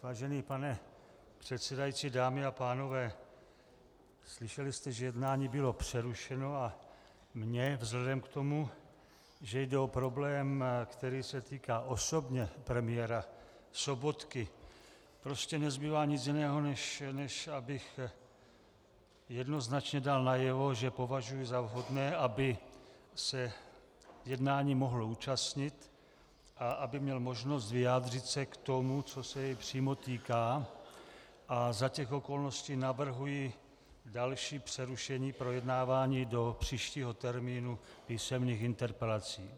Vážený pane předsedající, dámy a pánové, slyšeli jste, že jednání bylo přerušeno, a mně vzhledem k tomu, že jde o problém, který se týká osobně premiéra Sobotky, prostě nezbývá nic jiného, než abych jednoznačně dal najevo, že považuji za vhodné, aby se jednání mohl účastnit a aby měl možnost vyjádřit se k tomu, co se jej přímo týká, a za těch okolností navrhuji další přerušení projednávání do příštího termínu písemných interpelací.